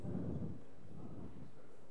פקודת מסי העירייה ומסי הממשלה (פטורין)